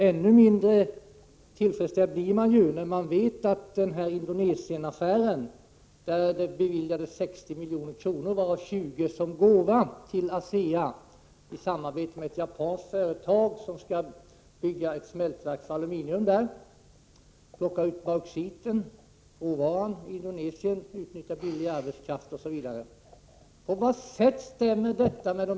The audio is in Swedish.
Ännu mindre tillfredsställd blir man när man vet att det i Indonesienaffären beviljats 60 milj.kr., varav 20 som gåva, till ASEA, som i samarbete med ett japanskt företag skall bygga ett smältverk för aluminium. Man skall plocka ut råvaran, bauxit, och utnyttja den billiga arbetskraften i Indonesien.